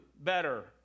better